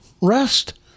rest